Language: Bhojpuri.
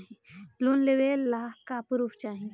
लोन लेवे ला का पुर्फ चाही?